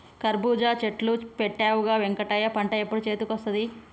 కర్జురా చెట్లు పెట్టవుగా వెంకటయ్య పంట ఎప్పుడు చేతికొస్తది